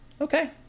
Okay